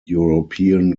european